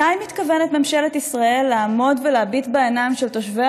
מתי מתכוונת ממשלת ישראל לעמוד ולהביט בעיניים של תושבי